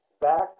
back